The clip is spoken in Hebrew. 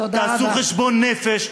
תעשו חשבון נפש,